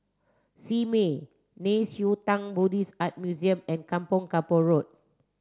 Simei Nei Xue Tang Buddhist Art Museum and Kampong Kapor Road